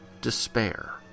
Despair